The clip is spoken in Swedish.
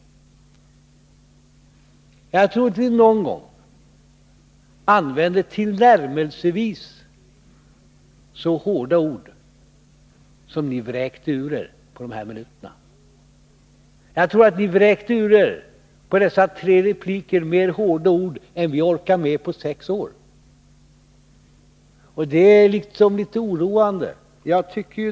Men under denna tid tror jag inte vi någon gång använde tillnärmelsevis så hårda ord som ni vräkte ur er på de här minuterna. Jag tror ni på dessa tre repliker vräkte ur er mer hårda ord än vi orkade med på sex år, och det är liksom litet oroande.